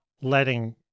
letting